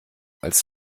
als